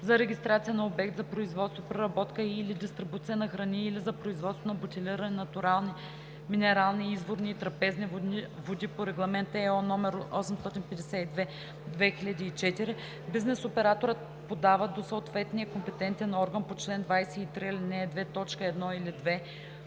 За регистрация на обект за производство, преработка и/или дистрибуция на храни или за производство на бутилирани натурални минерални, изворни и трапезни води по Регламент (ЕО) № 852/2004, бизнес операторът подава до съответния компетентен орган по чл. 23, ал. 2, т. 1 или 2: 1.